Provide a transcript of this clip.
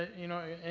you know,